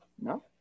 No